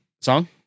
song